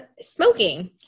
Smoking